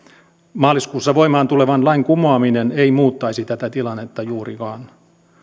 maaliskuussa voimaan tulevan lain kumoaminen ei muuttaisi tätä tilannetta juurikaan